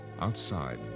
Outside